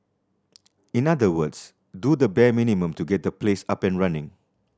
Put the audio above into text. in other words do the bare minimum to get the place up and running